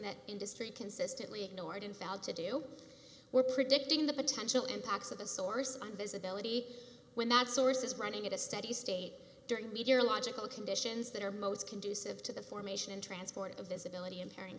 that industry consistently ignored and failed to do we're predicting the potential impacts of a source on visibility when that source is running at a steady state during meteorological conditions that are most conducive to the formation and transport of visibility impairing